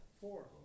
Four